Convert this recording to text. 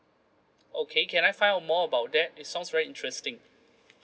okay can I find out more about that it sounds very interesting